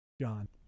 John